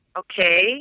okay